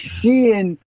seeing